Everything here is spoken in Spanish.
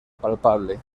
palpable